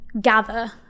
gather